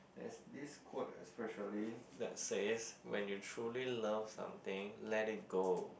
there's this quote especially that says when you truly love something let it go